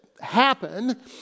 happen